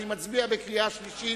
אני מצביע בקריאה שלישית,